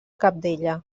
cabdella